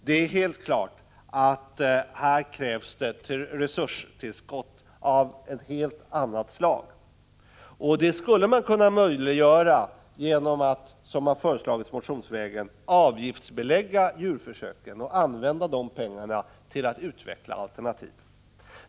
Det är helt klart att här krävs resurstillskott av ett helt annat slag. Det skulle man kunna möjliggöra genom att, som det har föreslagits motionsvägen, avgiftsbelägga djurförsöken och använda de pengarna till att utveckla alternativ.